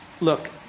Look